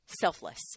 selfless